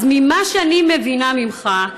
ממה שאני מבינה ממך,